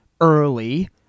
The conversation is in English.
early